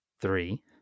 Three